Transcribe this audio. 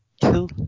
kill